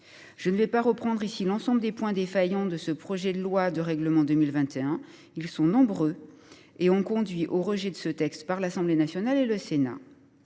Je ne vais pas reprendre ici la totalité des points défaillants de ce projet de loi de règlement 2021. Ils sont nombreux et ont conduit au rejet du texte par l’Assemblée nationale et par le Sénat.